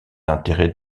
intérêts